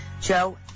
Joe